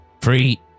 Free